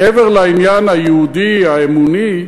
מעבר לעניין היהודי, האמוני,